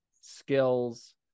skills